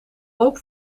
ook